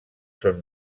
són